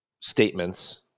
statements